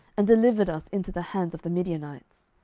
and delivered us into the hands of the midianites.